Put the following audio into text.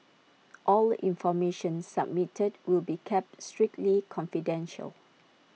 all information submitted will be kept strictly confidential